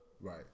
right